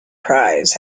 prize